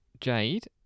Jade